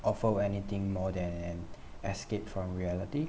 offer anything more than escape from reality